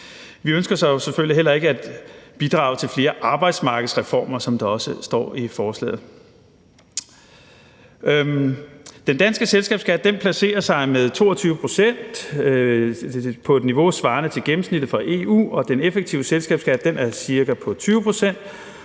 Vi ønsker så selvfølgelig heller ikke at bidrage til flere arbejdsmarkedsreformer, som der også står i forslaget. Den danske selskabsskat placerer sig med 22 pct. på et niveau svarende til gennemsnittet for EU, og den effektive selskabsskat er ca. 20 pct.,